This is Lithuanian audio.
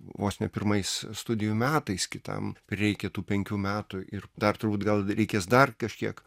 vos ne pirmais studijų metais kitam reikia tų penkių metų ir dar turbūt gal reikės dar kažkiek